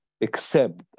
accept